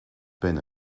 peine